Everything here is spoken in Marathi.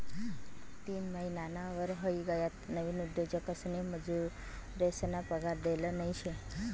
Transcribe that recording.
तीन महिनाना वर व्हयी गयात नवीन उद्योजकसनी मजुरेसना पगार देल नयी शे